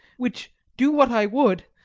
which, do what i would,